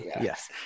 yes